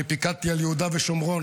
אני פיקדתי על יהודה ושומרון